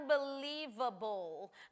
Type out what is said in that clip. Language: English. unbelievable